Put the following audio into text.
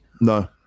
No